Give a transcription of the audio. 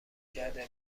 کرده